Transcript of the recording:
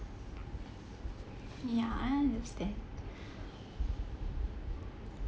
ya that's that